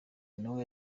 nawe